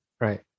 Right